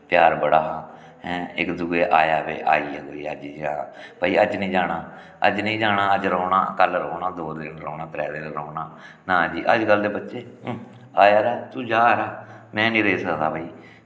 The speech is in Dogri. प्यार बड़ा हा हैं इक्क दूऐ आया भाई आई गेआ कोई अज्ज जा भई अज्ज निं जाना अज्ज निं जाना अज्ज रौह्ना कल्ल रौह्ना दो दिन रौह्ना त्रै दिन रौह्ना नां जी अजकल्ल दे बच्चे हूं आ यरा तूं जा यरा में निं रेही सकदा भई